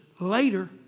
later